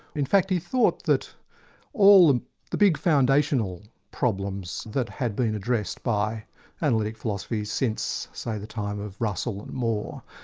in fact he thought that all ah the big foundational problems that had been addressed by analytic philosophy since, say, the time of russell and moore,